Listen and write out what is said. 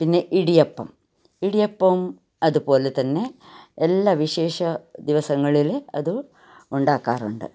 പിന്നെ ഇടിയപ്പം ഇടിയപ്പം അതുപോലെ തന്നെ എല്ലാ വിശേഷ ദിവസങ്ങളിലും അത് ഉണ്ടാക്കാറുണ്ട്